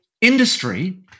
industry